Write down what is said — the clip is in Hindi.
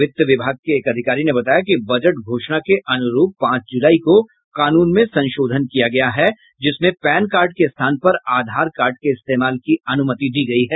वित्त विभाग के एक अधिकारी ने बताया कि बजट घोषणा के अनुरूप पांच जुलाई को कानून में संशोधन किया गया है जिसमें पैन कार्ड के स्थान पर आधार कार्ड के इस्तेमाल की अनुमति दी गयी है